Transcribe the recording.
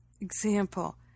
example